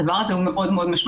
הדבר הזה הוא מאוד משמעותי,